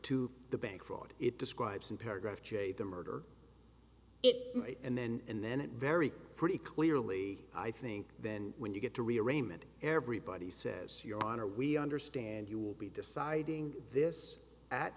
to the bank fraud it describes and paragraph j the murder and then and then it very pretty clearly i think then when you get to rearrangement everybody says your honor we understand you will be deciding this at